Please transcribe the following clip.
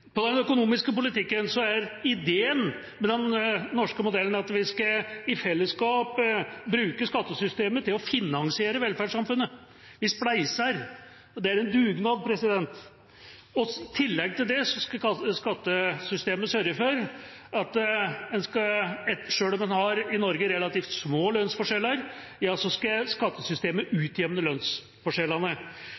ved den norske modellen. Det angripes nå systematisk. I den økonomiske politikken er ideen med den norske modellen at vi i fellesskap skal bruke skattesystemet til å finansiere velferdssamfunnet. Vi spleiser, og det er en dugnad. I tillegg til det skal skattesystemet sørge for at selv om man i Norge har relativt små lønnsforskjeller, skal skattesystemet